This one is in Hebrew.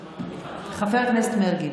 חבר הכנסת מרגי,